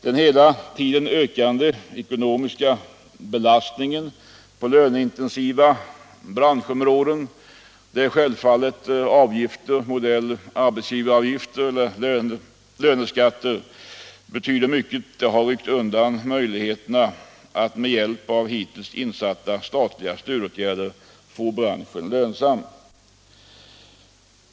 Den hela tiden ökande ekonomiska belastningen på löneintensiva branschområden, t.ex. i form av avgifter modell arbetsgivaravgifter och löneskatter, betyder mycket. Dessa har ryckt undan möjligheterna att med hjälp av hittills insatta statliga stödåtgärder få branschen lönsam.